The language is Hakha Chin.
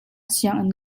sianginn